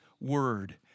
word